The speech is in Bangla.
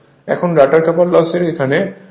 এখন রটার কপার লস এর এখানে S PG হবে